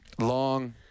long